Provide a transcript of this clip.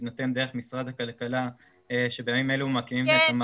ויינתן דרך משרד הכלכלה שבימים אלה מקימים את המערכת --- כן,